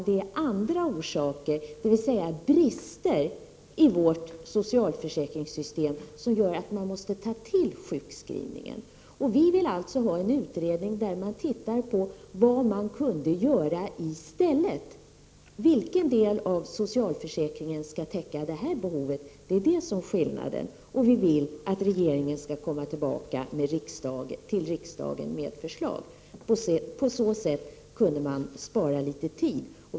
Det är andra orsaker, dvs. brister i vårt socialförsäkringssystem, som gör att man måste ta till sjukskrivning. Vi vill ha en utredning som studerar vad man kunde göra i stället, vilken del av socialförsäkringen som skall täcka detta behov. Det är skillnaden. Vi vill också att regeringen skall komma tillbaka till riksdagen med förslag. På så sätt kunde man spara litet tid.